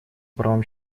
правам